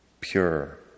pure